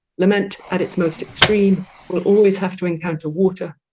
lament at its most extreme will always have to encounter water,